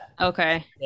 Okay